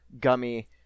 gummy